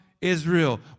Israel